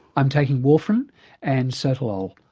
i'm taking warfarin and sotalol.